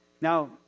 Now